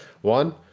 One